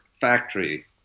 factory